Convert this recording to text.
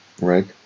Right